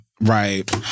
right